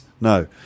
No